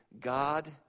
God